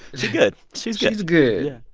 she's good. she's good she's good yeah.